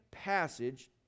passage